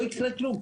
לא יקרה כלום.